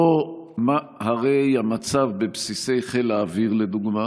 לא הרי המצב בבסיסי חיל האוויר לדוגמה